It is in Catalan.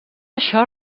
això